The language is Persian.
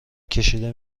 کشیده